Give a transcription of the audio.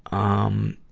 um,